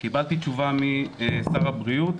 קיבלתי תשובה משר הבריאות,